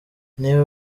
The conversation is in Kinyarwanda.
niba